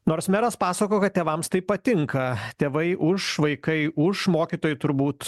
nors meras pasakojo kad tėvams tai patinka tėvai už vaikai už mokytojai turbūt